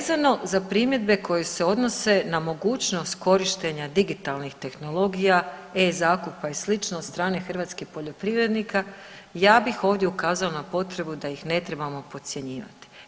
Vezano za primjedbe koje se odnose na mogućnost korištenja digitalnih tehnologija, e-zakupa i slično od strane hrvatskih poljoprivrednika ja bih ovdje ukazala na potrebu da ih ne trebamo podcjenjivati.